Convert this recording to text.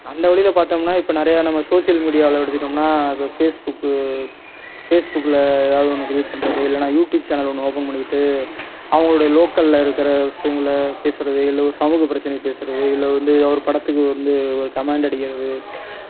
அந்த வழியில் பார்த்தோம்னா இப்போ நெறைய நம்ம சோஷியல் மீடியாவில் எடுத்துக்கிட்டோம்னால் இப்போ ஃபேஸ்புக் ஃபேஸ்புக்கில் எதாவது ஒன்று க்ரியேட் பண்றது இல்லைன்னா யூடியூப் சேனல் ஒன்று ஓப்பன் பண்ணிட்டு அவங்களோடைய லோக்கலில் இருக்கிற விஷயங்களை பேசுறது இல்லை ஒரு சமூக பிரச்சனையை பேசறது இல்லை வந்து ஒரு படத்துக்கு வந்து ஒரு கமெண்ட் அடிக்கிறது